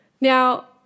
Now